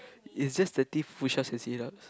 is just thirty push ups and sit ups